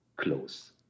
close